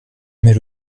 mais